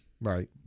Right